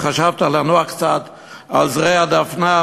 חשבת לנוח קצת על זרי הדפנה,